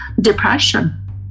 depression